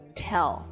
tell